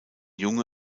junge